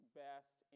best